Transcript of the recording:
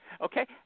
Okay